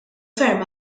ferm